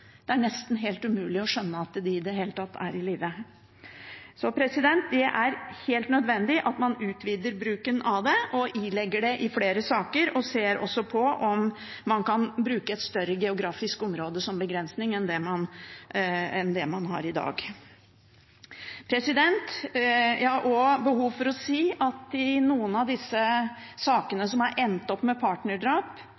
Det er nesten helt umulig å skjønne at de i det hele tatt er i live. Så det er helt nødvendig at man utvider bruken av det og ilegger det i flere saker, og også ser på om man kan bruke et større geografisk område som begrensning enn det man har i dag. Jeg har også behov for å si at i noen av disse